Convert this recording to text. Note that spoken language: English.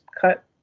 cut